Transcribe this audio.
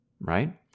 right